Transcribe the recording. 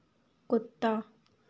कुत्ता